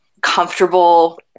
comfortable